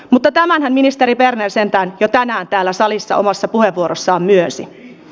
mutta tämänhän ministeri berner sentään jo tänään täällä salissa omassa puheenvuorossaan myönsi